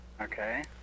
Okay